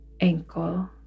ankle